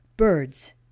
Birds